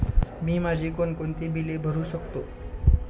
मी माझी कोणकोणती बिले भरू शकतो?